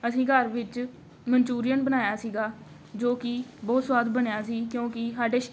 ਅਸੀਂ ਘਰ ਵਿੱਚ ਮਨਚੂਰੀਅਨ ਬਣਾਇਆ ਸੀਗਾ ਜੋ ਕਿ ਬਹੁਤ ਸਵਾਦ ਬਣਿਆ ਸੀ ਕਿਉਂਕਿ ਸਾਡੇ